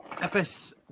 FS